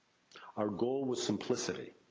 our goal was simplicity.